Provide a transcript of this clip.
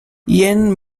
yen